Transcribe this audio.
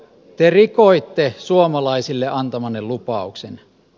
te rikoitte suomalaisille antamanne lupauksen